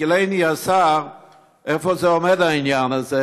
ישכילני השר איפה עומד העניין הזה,